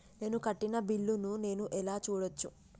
నేను కట్టిన బిల్లు ను నేను ఎలా చూడచ్చు?